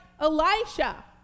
Elisha